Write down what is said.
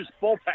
bullpen